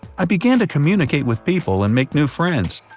i began to communicate with people and make new friends.